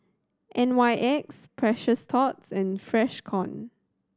N Y X Precious Thots and Freshkon